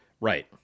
right